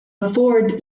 afford